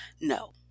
No